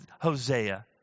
Hosea